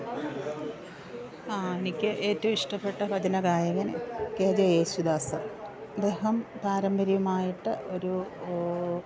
ആ എനിക്ക് ഏറ്റവും ഇഷ്ടപ്പെട്ട ഭജന ഗായകൻ കെ ജെ യേശുദാസ് അദ്ദേഹം പാരമ്പര്യമായിട്ട് ഒരു